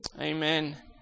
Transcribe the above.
amen